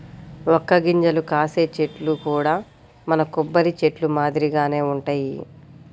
వక్క గింజలు కాసే చెట్లు కూడా మన కొబ్బరి చెట్లు మాదిరిగానే వుంటయ్యి